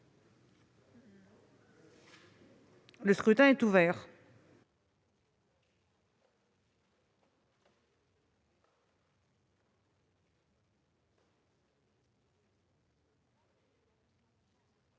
Le scrutin est ouvert.